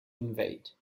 invade